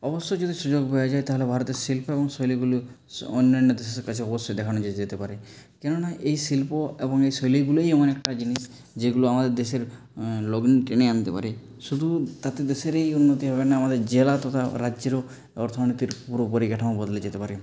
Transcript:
অবশ্য যদি সুযোগ পাওয়া যায় তাহলে ভারতের শিল্প এবং শৈলীগুলো অন্যান্য দেশের কাছে অবশ্যই দেখানো যেতে পারে কেন না এই শিল্প এবং এই শৈলীগুলোই এমন এক একটা জিনিস যেগুলো আমাদের দেশের লগ্নি টেনে আনতে পারে শুধু তাতে দেশেরই উন্নতি হবে না আমাদের জেলা তথা রাজ্যেরও অর্থনীতির পুরো পরিকাঠামো বদলে যেতে পারে